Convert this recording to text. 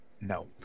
No